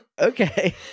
Okay